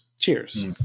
Cheers